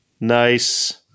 nice